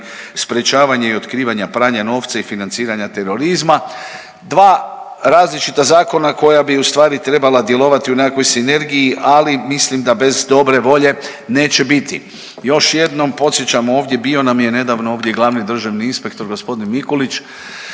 sprečavanja i otkrivanja pranja novca i financiranja terorizma. Dva različita zakona koja bi ustvari trebala djelovati u nekakvoj sinergiji, ali mislim da bez dobre volje neće biti. Još jednom podsjećam ovdje bio nam je nedavno ovdje glavni državni inspektor g. Mikulić